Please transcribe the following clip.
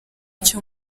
cyo